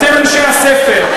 אתם אנשי הספר,